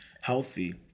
healthy